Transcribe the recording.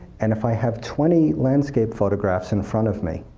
and if i have twenty landscape photographs in front of me,